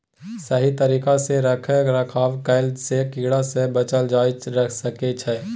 सही तरिका सँ रख रखाव कएला सँ कीड़ा सँ बचल जाए सकई छै